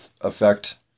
effect